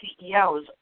CEOs